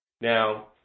Now